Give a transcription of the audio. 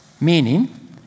meaning